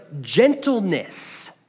gentleness